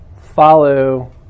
follow